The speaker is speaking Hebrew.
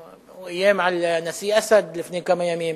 הוא איים על הנשיא אסד לפני כמה ימים,